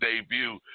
debut